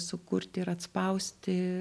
sukurti ir atspausti